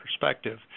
perspective